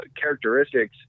characteristics